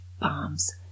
bombs